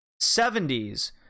70s